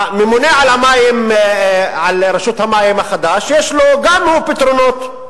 הממונה על רשות המים החדש, יש גם לו פתרונות.